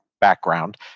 background